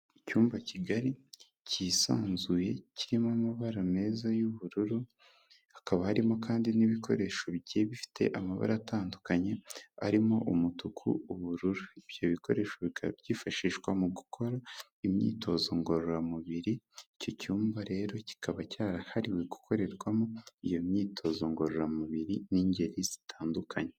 Icyumba kigari cyisanzuye kirimo amabara meza y'ubururu, hakaba harimo kandi n'ibikoresho bigiye bifite amabara atandukanye arimo umutuku, ubururu. Ibyo bikoresho byifashishwa mu gukora imyitozo ngororamubiri, icyo cyumba rero kikaba cyarahariwe gukorerwamo iyo myitozo ngororamubiri n'ingeri zitandukanye.